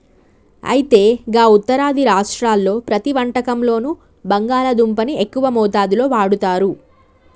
అయితే గా ఉత్తరాది రాష్ట్రాల్లో ప్రతి వంటకంలోనూ బంగాళాదుంపని ఎక్కువ మోతాదులో వాడుతారు